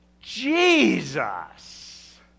Jesus